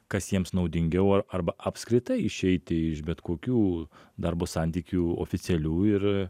kas jiems naudingiau ar arba apskritai išeiti iš bet kokių darbo santykių oficialių ir